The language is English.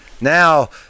now